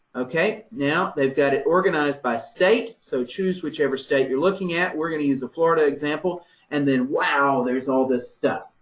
ok, now they've got it organized by state, so choose whichever state you're looking at. we're going to use a florida example and then wow! there's all this stuff.